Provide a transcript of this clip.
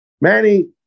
Manny